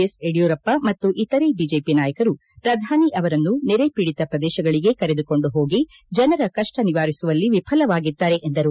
S Yediyurappa ಮತ್ತು ಇತರೆ BJP ನಾಯಕರು ಪ್ರಧಾನಿ ಅವರನ್ನು ನೆರೆ ಪೀಡಿತ ಪ್ರದೇಶಗಳಿಗೆ ಕರೆದುಕೊಂಡು ಹೋಗಿ ಜನರ ಕಪ್ಪ ನಿವಾರಿಸುವ ಕೆಲಸ ಮಾಡುವುದರಲ್ಲಿ ವಿಫಲವಾಗಿದ್ದಾರೆ ಎಂದರು